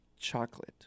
chocolate